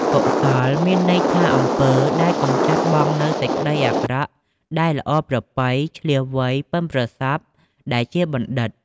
កុសល មានន័យថាអំពើដែលកម្ចាត់បង់នូវសេចក្តីអាក្រក់ ដែលល្អប្រពៃ ឈ្លាសវៃ បុិនប្រសប់ ដែលជាបណ្ឌិត។